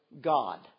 God